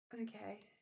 Okay